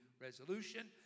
resolution